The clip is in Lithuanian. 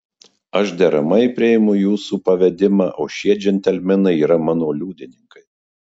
aš deramai priimu jūsų pavedimą o šie džentelmenai yra mano liudininkai